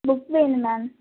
book வேணும் ma'am